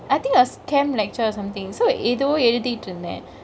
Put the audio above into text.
I think it was chem lecture or somethingk so எதோ எழுதிடிருந்தெ:etho ezhuthitirunthe